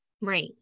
Right